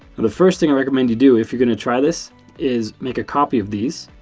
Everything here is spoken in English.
the first thing i recommend you do if you're going to try this is make a copy of these.